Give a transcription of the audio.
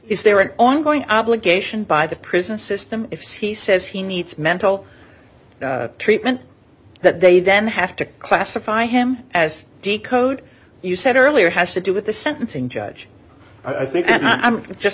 is there an ongoing obligation by the prison system if he says he needs mental treatment that they then have to classify him as de code you said earlier has to do with the sentencing judge i think i'm just